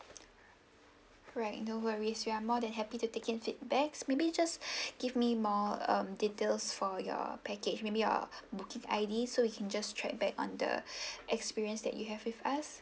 right no worries we are more than happy to take in feedbacks maybe just give me more mm details for your package maybe uh booking I_D so we can just track back on the experience that you have with us